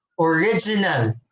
original